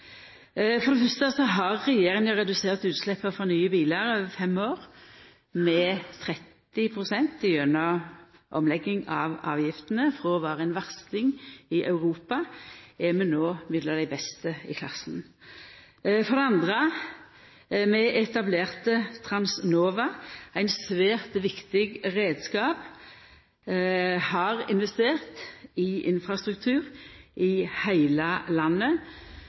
For det fyrste: Regjeringa har redusert utsleppa frå nye bilar – over fem år – med 30 pst. gjennom omlegging av avgiftene. Frå å vera ein versting i Europa er vi no mellom dei beste i klassen. For det andre: Vi etablerte Transnova. Det er ein svært viktig reiskap. Vi har investert i infrastruktur i heile landet,